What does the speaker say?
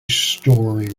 story